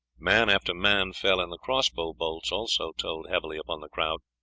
man after man fell, and the cross-bow bolts also told heavily upon the crowd.